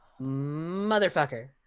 Motherfucker